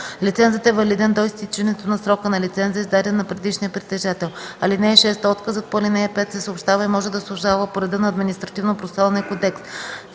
Лицензът е валиден до изтичането на срока на лиценза, издаден на предишния притежател. (6) Отказът по ал. 5 се съобщава и може да се обжалва по реда на Административнопроцесуалния кодекс.